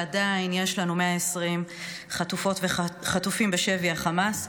ועדיין יש לנו 120 חטופות וחטופים בשבי החמאס.